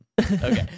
Okay